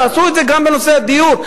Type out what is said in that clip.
תעשו את זה גם בנושא הדיור.